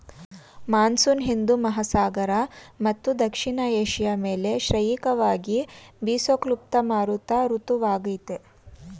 monsoon ಹಿಂದೂ ಮಹಾಸಾಗರ ಮತ್ತು ದಕ್ಷಿಣ ಏಷ್ಯ ಮೇಲೆ ಶ್ರಾಯಿಕವಾಗಿ ಬೀಸೋ ಕ್ಲುಪ್ತ ಮಾರುತ ಋತುವಾಗಯ್ತೆ